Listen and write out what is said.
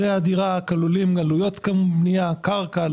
הדירה למדד), התשפ"ב-2022 (פ/3064/24), נתקבלה.